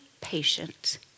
patient